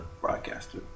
broadcaster